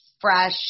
fresh